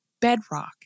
bedrock